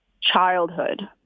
childhood